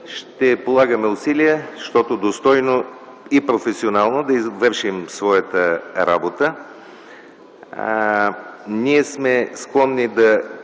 ще полагаме усилия, щото достойно и професионално да вършим своята работа.